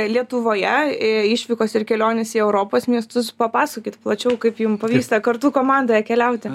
lietuvoje e išvykos ir kelionės į europos miestus papasakokit plačiau kaip jum pavyksta kartu komandoje keliauti